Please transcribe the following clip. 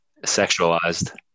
sexualized